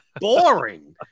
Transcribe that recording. boring